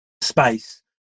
space